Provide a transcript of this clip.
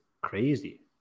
crazy